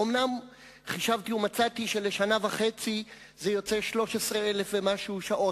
אומנם חישבתי ומצאתי שלשנה וחצי זה יוצא 13,000 ומשהו שעות,